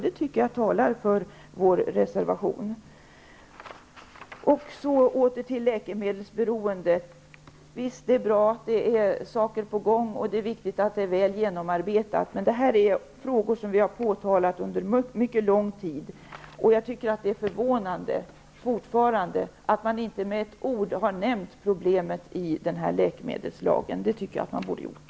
Det tycker jag talar för vår reservation. Åter till läkemedelsberoendet. Det är bra att det är saker på gång, och det är viktigt att det är väl genomarbetat. Det här är dock frågor som vi har påtalat under mycket lång tid. Det är fortfarande förvånande att man inte med ett ord har nämnt problemet i läkemedelslagen. Det tycker jag att man borde ha gjort.